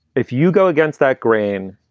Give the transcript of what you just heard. if you go against that grain,